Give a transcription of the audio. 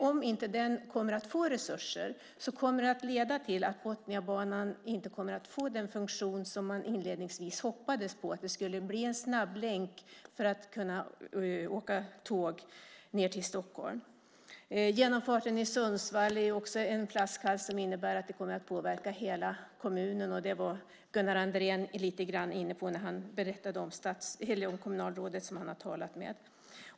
Om den inte kommer att få resurser kommer det att leda till att Botniabanan inte kommer att få den funktion som man inledningsvis hoppades på, att den skulle bli en snabblänk för tåg ned till Stockholm. Genomfarten i Sundsvall är också en flaskhals som påverkar hela kommunen. Det var Gunnar Andrén lite grann inne på när han berättade om kommunalrådet som han har talat med.